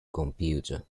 computer